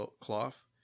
cloth